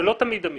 זה לא תמיד המקרה,